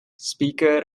speaker